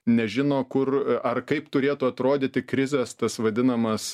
nežino kur ar kaip turėtų atrodyti krizės tas vadinamas